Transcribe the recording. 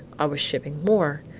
i was shipping more.